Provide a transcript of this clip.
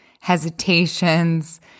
hesitations